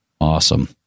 Awesome